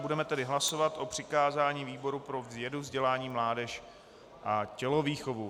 Budeme tedy hlasovat o přikázání výboru pro vědu, vzdělání, mládež a tělovýchovu.